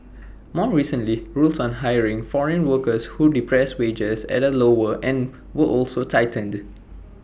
more recently rules on hiring foreign workers who depress wages at the lower end were also tightened